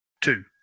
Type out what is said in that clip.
Two